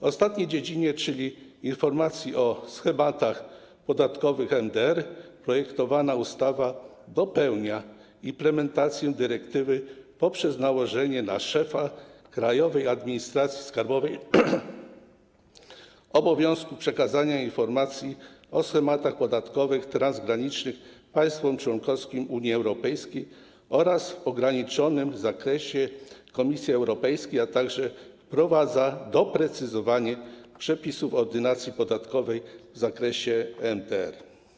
W ostatniej dziedzinie, czyli informacji o schematach podatkowych MDR, projektowana ustawa dopełnia implementację dyrektywy poprzez nałożenie na szefa Krajowej Administracji Skarbowej obowiązku przekazania informacji o schematach podatkowych transgranicznych państwom członkowskim Unii Europejskiej oraz w ograniczonym zakresie Komisji Europejskiej, a także wprowadza doprecyzowanie przepisów Ordynacji podatkowej w zakresie MDR.